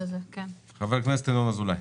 חבר הכנסת ינון אזולאי.